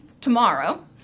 tomorrow